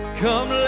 come